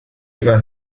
ihrer